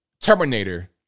Terminator